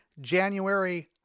January